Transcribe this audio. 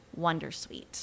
Wondersuite